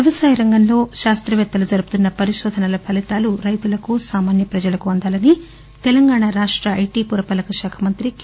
వ్యవసాయరంగంలో శాస్త్రపేత్తలు జరుపుతున్న పరిశోధనా ఫలితాలు రైతులకు సామాన్య ప్రజలకు అందాలని తెలంగాణ రాష్ష ఐటి పురపాలక శాఖ మంత్రి కె